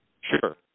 Sure